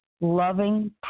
loving